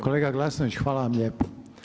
Kolega Glasnović hvala vam lijepo.